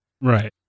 Right